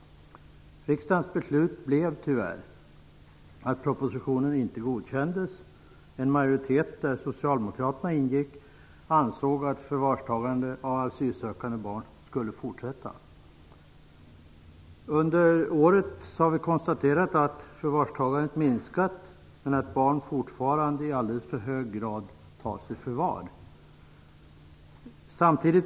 Riksdagens beslut blev tyvärr att propositionen inte godkändes. En majoritet, där socialdemokraterna ingick, ansåg att förvarstagande av asylsökande barn skulle fortsätta. Under året har vi konstaterat att förvarstagandet har minskat men att barn fortfarande i alldeles för hög grad tas i förvar.